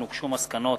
מסקנות